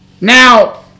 Now